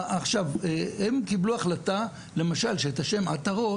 הם קיבלו החלטה למשל שאת השם 'עטרות'